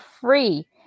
free